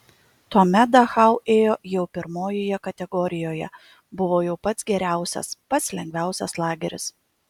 tuomet dachau ėjo jau pirmojoje kategorijoje buvo jau pats geriausias pats lengviausias lageris